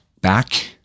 back